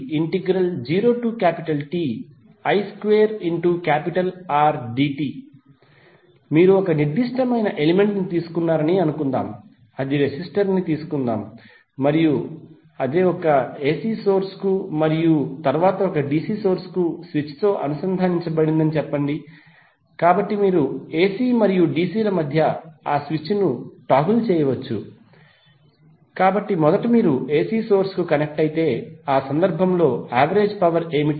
P1T0Ti2Rdt మీరు ఒక నిర్దిష్టమైన ఎలిమెంట్ తీసుకున్నారని అనుకుందాం అది రెసిస్టర్ ని తీసుకుందాం మరియు అది ఒక ఎసి సోర్స్ కు మరియు తరువాత ఒక డిసి సోర్స్ కు స్విచ్ తో అనుసంధానించబడిందని చెప్పండి కాబట్టి మీరు ఎసి మరియు డిసి ల మధ్య ఆ స్విచ్ ను టోగుల్ చేయవచ్చు కాబట్టి మొదట మీరు ఎసి సోర్స్ కు కనెక్ట్ అయితే ఆ సందర్భంలో యావరేజ్ పవర్ ఏమిటి